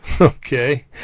Okay